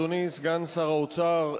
אדוני סגן שר האוצר,